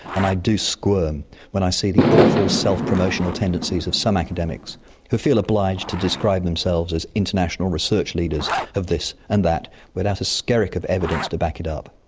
and i do squirm when i see the awful self promotional tendencies of some academics who feel obliged to describe themselves as international research leaders of this and that without a skerrick of evidence to back it up.